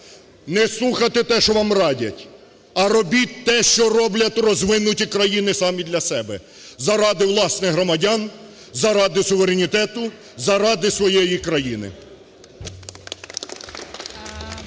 не слухати те, що вам радять, а робіть те, що роблять розвинуті країни самі для себе заради власних громадян, заради суверенітету, заради своєї країни.